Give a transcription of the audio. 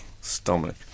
stomach